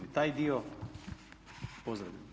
I taj dio pozdravljam.